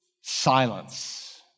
Silence